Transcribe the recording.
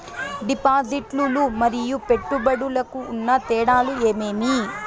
డిపాజిట్లు లు మరియు పెట్టుబడులకు ఉన్న తేడాలు ఏమేమీ?